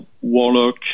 Warlock